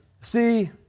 See